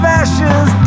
ashes